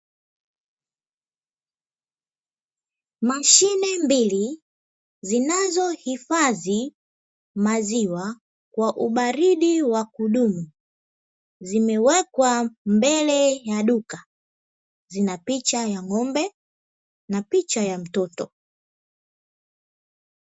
Mashine mbili zinazohifadhi maziwa kwa ubaridi wa kudumu, zimewekwa mbele ya duka, zina picha ya ng’ombe na picha ya mtoto.